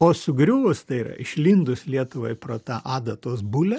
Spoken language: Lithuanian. o sugriuvus tai yra išlindus lietuvai pro tą adatos bulę